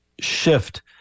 shift